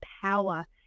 power